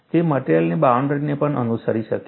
તે મટેરીઅલની બાઉન્ડરીને પણ અનુસરી શકે છે